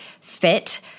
fit